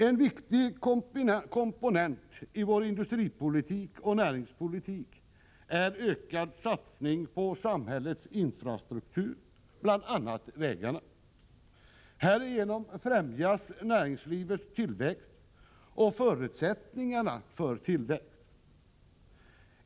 En viktig komponent i vår industripolitik och näringspolitik är ökad satsning på samhällets infrastruktur, bl.a. vägarna. Härigenom främjas näringslivets tillväxt och förutsättningarna för tillväxt.